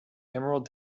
emerald